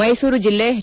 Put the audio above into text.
ಮೈಸೂರು ಜಿಲ್ಲೆ ಹೆಚ್